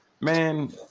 man